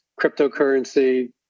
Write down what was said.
cryptocurrency